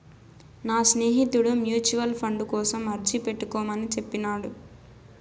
నా స్నేహితుడు mutual fund కోసం అర్జీ పెట్టుకోమని చెప్పినాడు